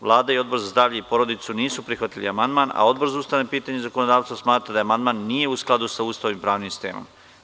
Vlada i Odbor za zdravlje i porodicu nisu prihvatili amandman, a Odbor za ustavna pitanja i zakonodavstvo smatra da amandman nije u skladu sa Ustavom i pravnim sistemom.